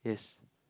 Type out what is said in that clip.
yes